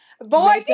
boy